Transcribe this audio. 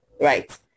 right